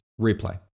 replay